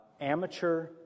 amateur